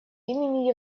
имени